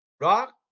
Rock